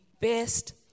best